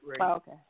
Okay